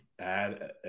Add